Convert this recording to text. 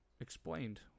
explained